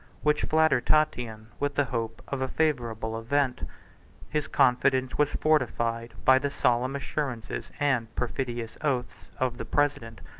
which flattered tatian with the hope of a favorable event his confidence was fortified by the solemn assurances, and perfidious oaths, of the president,